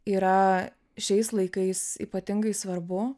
yra šiais laikais ypatingai svarbu